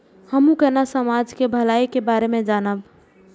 हमू केना समाज के भलाई के बारे में जानब?